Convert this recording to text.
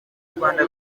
rwanda